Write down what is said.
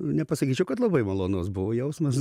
nepasakyčiau kad labai malonus buvo jausmas